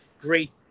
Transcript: great